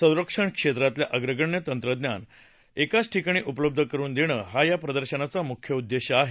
सरक्षण क्षेत्रातल्या अग्रगण्य तंत्रज्ञान एकाच ठीकाणी उपल्ब्ध करुन देणं हा या प्रदर्शनाचा मुख्य उद्देश आहे